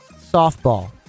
softball